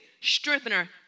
strengthener